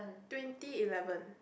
twenty eleven